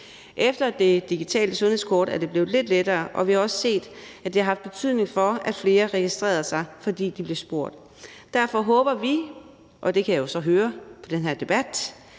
Efter det digitale sundhedskort er det blevet lidt lettere, og vi har også set, at det har haft en betydning for, at flere registrerede sig, fordi de blev spurgt. Derfor håber vi, at der er et flertal til at stemme det